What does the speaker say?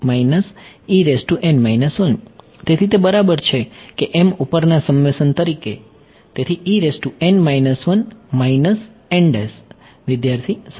તેથી તે બરાબર છે કે m ઉપરના સમ્મેશન તરીકે તેથી વિદ્યાર્થી સર